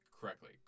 correctly